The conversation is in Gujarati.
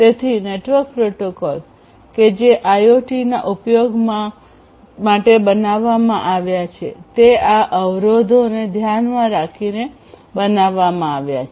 તેથી નેટવર્ક પ્રોટોકોલ કે જે આઇઓટીના ઉપયોગ માટે બનાવવામાં આવ્યા છે તે આ અવરોધોને ધ્યાનમાં રાખીને બનાવવામાં આવ્યાં છે